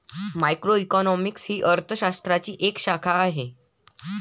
macroeconomics ही अर्थ शास्त्राची एक शाखा आहे